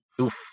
Oof